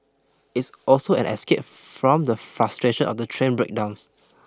it's also an escape from the frustration of the train breakdowns